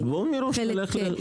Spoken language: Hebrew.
אז בואו מראש נלך לכיוון הזה.